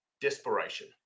desperation